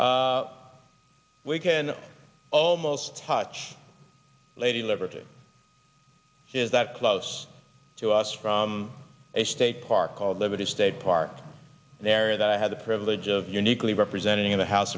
we can almost touch lady liberty is that close to us from a state park called liberty state park the area that i had the privilege of uniquely representing in the house